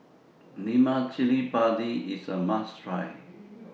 Lemak Cili Padi IS A must Try